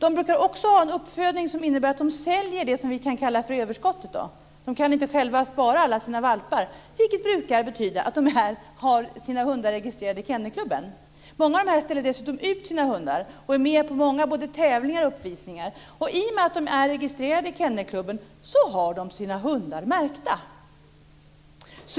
De brukar också ha en uppfödning som innebär att de säljer det som vi kan kalla överskottet - de kan inte spara alla sina valpar. Det brukar betyda att de har sina hundar registrerade i Kennelklubben. Många av dem ställer dessutom ut sina hundar och är med på många tävlingar och uppvisningar. I och med att de är registrerade i Kennelklubben har de sina hundar märkta.